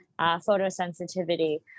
photosensitivity